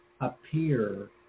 appear